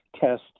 test